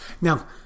Now